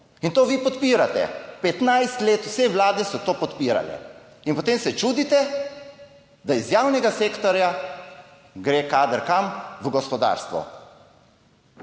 In to vi podpirate! 15 let, vse vlade so to podpirale! In potem se čudite, da iz javnega sektorja gre kader - kam? - v gospodarstvo.